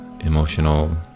emotional